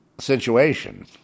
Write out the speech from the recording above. situation